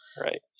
Right